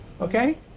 okay